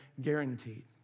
guaranteed